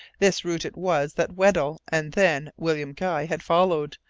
this route it was that weddell and then william guy had followed,